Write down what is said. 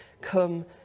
come